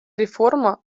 реформа